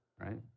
right